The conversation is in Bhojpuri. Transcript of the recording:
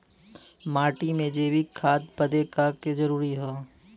माटी में जैविक खाद बदे का का जरूरी ह?